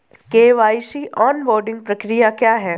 KYC onboarding प्रक्रिया क्या है?